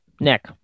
nick